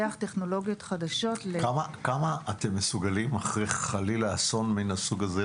טכנולוגיות חדשות --- אחרי חלילה אסון מן הסוג הזה,